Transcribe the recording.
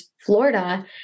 Florida